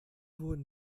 wurden